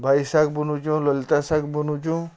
ଭାଜି ଶାଗ୍ ବୁନୁଛୁଁ ଲଲିତା ଶାଗ୍ ବୁନୁଛୁଁ